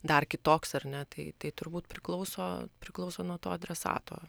dar kitoks ar ne tai tai turbūt priklauso priklauso nuo to adresato